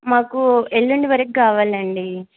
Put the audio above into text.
మాకు ఎల్లుండి వరకు కావాలండి